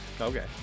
Okay